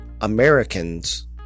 Americans